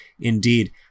Indeed